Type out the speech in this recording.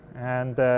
and